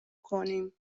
کنیم